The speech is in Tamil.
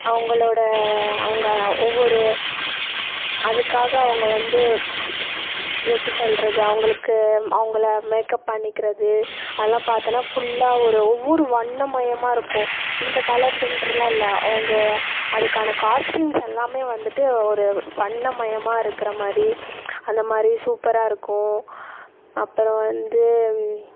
அவங்களோட அவங்க ஒவ்வொரு அதுக்காக அவங்க வந்து எப்படி சொல்கிறது அவங்களுக்கு அவங்கள மேக்கப் பண்ணிக்கிறது அதெலாம் பார்த்தன்னா ஃபுல்லாக ஒரு ஒவ்வொரு வண்ணமயமாக இருக்கும் இந்த கலருதுன்றலாம் இல்லை அவங்க அதுக்கான காஸ்டியூம்ஸ் எல்லாமே வந்துட்டு ஒரு வண்ணமயமாக இருக்கிறமாரி அந்தமாதிரி சூப்பராக இருக்கும் அப்புறம் வந்து